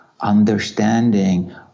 understanding